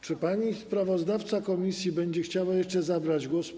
Czy pani sprawozdawca komisji będzie chciała jeszcze zabrać głos?